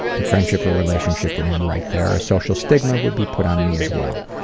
the friendship or relationship would end right there as social stigma would be put on me as well.